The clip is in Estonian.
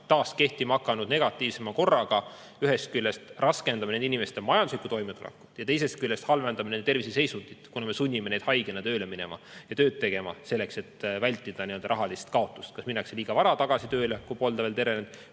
taas kehtima hakanud negatiivsema korraga me ühest küljest raskendame nende inimeste majanduslikku toimetulekut ja teisest küljest halvendame nende terviseseisundit, kuna me sunnime neid haigena tööle minema ja tööd tegema, selleks et vältida rahalist kaotust. Minnakse kas liiga vara tagasi tööle, kui ei olda veel